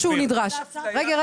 לא סיימתי, רבותיי.